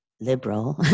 liberal